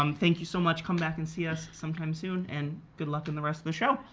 um thank you so much. come back and see us sometime soon, and good luck on the rest of the show.